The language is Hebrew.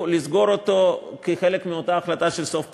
לסגור אותו כחלק מאותה החלטה של סוף פסוק.